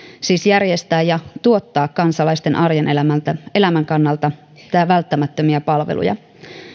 siis järjestää ja tuottaa kansalaisten arjen elämän kannalta välttämättömiä palveluja